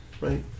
right